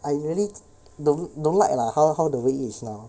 I really don't don't like lah how how the way is now